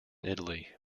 italy